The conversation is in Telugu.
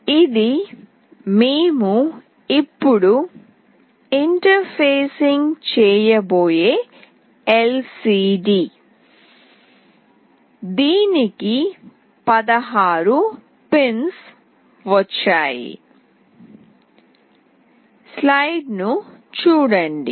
ఇది మేము ఇప్పుడు ఇంటర్ఫేసింగ్ చేయబోయే LCD దీనికి 16 పిన్స్ వచ్చాయి